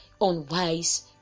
Unwise